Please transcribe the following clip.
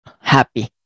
happy